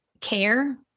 care